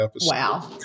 Wow